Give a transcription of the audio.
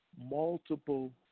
multiple